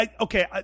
Okay